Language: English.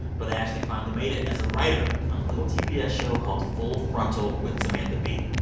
but ashley finally made it as a writer on a little cbs show called full frontal with samantha bee.